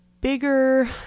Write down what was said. bigger